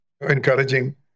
encouraging